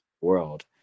world